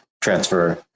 transfer